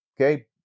Okay